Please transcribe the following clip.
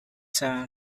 son